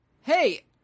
hey